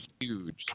huge